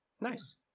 Nice